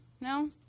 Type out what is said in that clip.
no